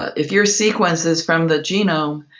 if your sequence is from the genome,